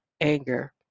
anger